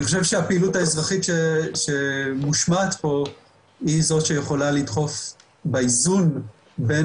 חושב שהפעילות האזרחית שמושמעת פה היא זאת שיכולה לדחוף באיזון בין